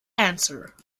answer